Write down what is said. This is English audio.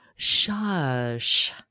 shush